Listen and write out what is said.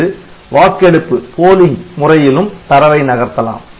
அல்லது வாக்கெடுப்பு முறையில் தரவை நகர்த்தலாம்